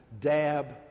dab